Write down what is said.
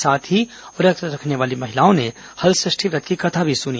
साथ ही व्रत रखने वाली महिलाओं ने हलषष्ठी व्रत की कथा भी सुनी